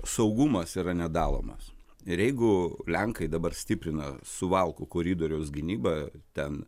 saugumas yra nedalomas ir jeigu lenkai dabar stiprina suvalkų koridoriaus gynybą ten